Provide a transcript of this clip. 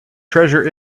treasure